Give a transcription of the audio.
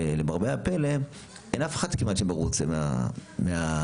ולמרבה הפלא אין כמעט אף אחד שמרוצה מהחלוקה.